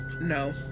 No